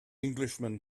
englishman